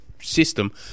system